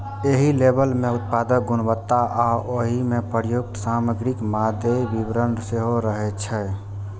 एहि लेबल मे उत्पादक गुणवत्ता आ ओइ मे प्रयुक्त सामग्रीक मादे विवरण सेहो रहै छै